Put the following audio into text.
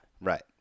Right